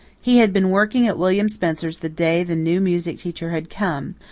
he had been working at william spencer's the day the new music teacher had come,